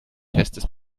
festes